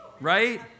Right